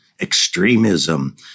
extremism